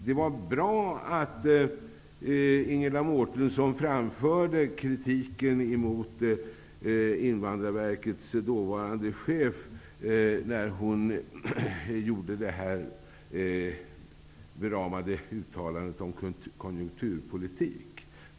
Det var bra att Ingela Mårtensson framförde kritik mot Invandrarverkets dåvarande chef, som framförde det beramade uttalandet om konjunkturpolitik.